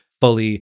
fully